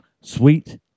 sweet